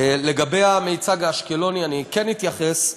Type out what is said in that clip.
לגבי המיצג האשקלוני, אני כן אתייחס.